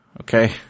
okay